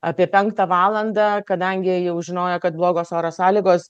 apie penktą valandą kadangi jau žinojo kad blogos oro sąlygos